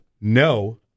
no